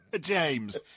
James